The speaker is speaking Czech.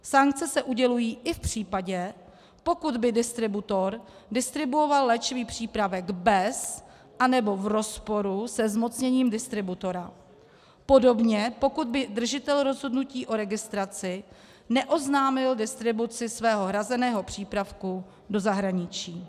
Sankce se udělují i v případě, pokud by distributor distribuoval léčivý přípravek bez, anebo v rozporu se zmocněním distributora, podobně pokud by držitel rozhodnutí o registraci neoznámil distribuci svého hrazeného přípravku do zahraničí.